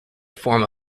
form